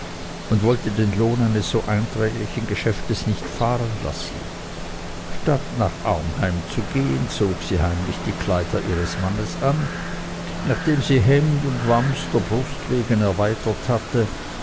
und wollte den lohn eines so einträglichen geschäftes nicht fahrenlassen statt nach arnheim zu gehen zog sie heimlich die kleider ihres mannes an nachdem sie hemd und wams der brust wegen erweitert hatte